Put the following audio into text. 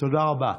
תודה רבה.